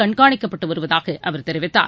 கண்காணிக்கப்பட்டு வருவதாக அவர் தெரிவித்தார்